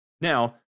Now